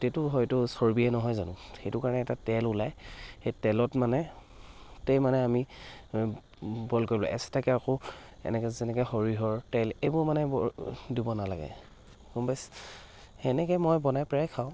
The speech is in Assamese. এইটো হয়তো চৰ্বিয়ে নহয় জানো সেইটো কাৰণে এটা তেল ওলায় সেই তেলত মানে গোটেই মানে আমি বইল কৰিব লাগে এক্সটাকৈ আকৌ এনেকৈ যেনেকৈ সৰিয়হৰ তেল এইবোৰ মানে এইবোৰ দিব নালাগে গম পাইছে সেনেকৈ মই বনাই প্ৰায় খাওঁ